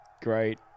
great